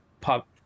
pop